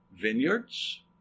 vineyards